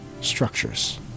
structures